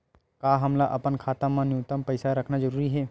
का हमला अपन खाता मा न्यूनतम पईसा रखना जरूरी हे?